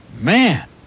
Man